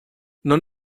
non